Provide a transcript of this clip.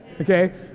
Okay